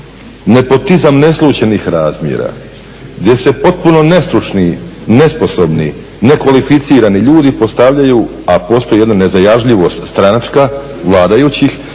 nepotizam neslućenih razmjera gdje se potporu nestručni, nesposobni, nekvalificirani ljudi postavljaju a postoji jedna nezajažljivost stranačka vladajućih